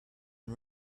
and